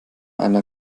einer